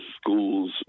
schools